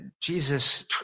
Jesus